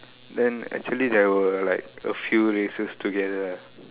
then actually there were like a few racers together